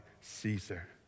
Caesar